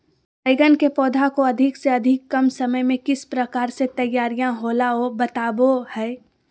बैगन के पौधा को अधिक से अधिक कम समय में किस प्रकार से तैयारियां होला औ बताबो है?